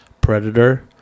Predator